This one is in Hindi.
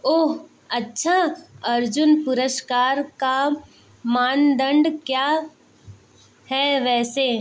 ओह अच्छा अर्जुन पुरस्कार का मानदण्ड क्या है वैसे